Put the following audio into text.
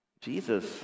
jesus